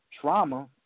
trauma